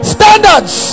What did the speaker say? Standards